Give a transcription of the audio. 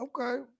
Okay